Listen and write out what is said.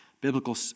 Biblical